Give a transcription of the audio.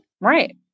Right